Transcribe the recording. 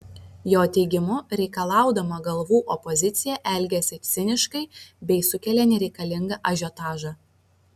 jo teigimu reikalaudama galvų opozicija elgiasi ciniškai bei sukelia nereikalingą ažiotažą